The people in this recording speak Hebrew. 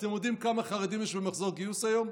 אתם יודעים כמה חרדים יש במחזור גיוס היום?